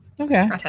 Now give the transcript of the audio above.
Okay